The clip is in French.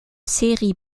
série